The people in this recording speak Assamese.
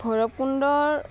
ভৈৰৱকুণ্ডৰ